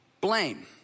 blame